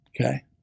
Okay